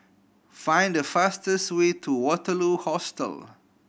find the fastest way to Waterloo Hostel